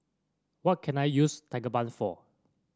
what can I use Tigerbalm for